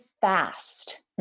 fast